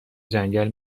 جنگل